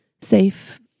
safe